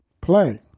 play